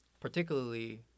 particularly